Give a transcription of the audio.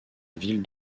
ville